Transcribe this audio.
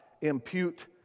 impute